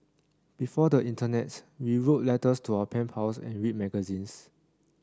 before the internet we wrote letters to our pen pals and read magazines